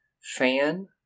fan